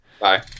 Bye